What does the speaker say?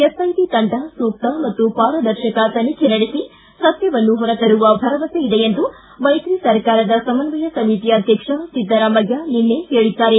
SIT ತಂಡ ಸೂಕ್ತ ಮತ್ತು ಪಾರದರ್ಶಕ ತನಿಖೆ ನಡೆಸಿ ಸತ್ಯವನ್ನು ಹೊರತರುವ ಭರವಸೆಯಿದೆ ಎಂದು ಮೈತ್ರಿ ಸರ್ಕಾರದ ಸಮನ್ವಯ ಸಮಿತಿ ಅಧ್ಯಕ್ಷ ಸಿದ್ದರಾಮಯ್ಯ ನಿನೈ ಹೇಳಿದ್ದಾರೆ